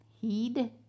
Heed